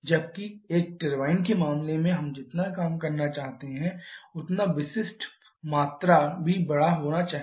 जबकि एक टरबाइन के मामले में हम जितना काम करना चाहते हैं उतना विशिष्ट मात्रा भी बड़ा होना चाहिए